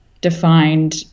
defined